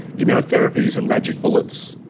immunotherapies and magic bullets,